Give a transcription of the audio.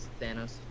Thanos